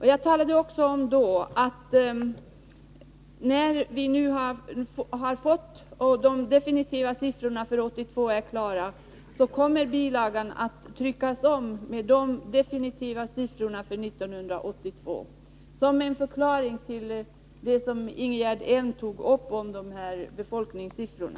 När de definitiva siffrorna för 1982 är klara, sade jag, kommer bilagan att tryckas om, detta som en förklaring till vad Ingegerd Elm sade om befolkningssiffrorna.